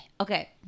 Okay